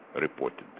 reported